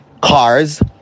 cars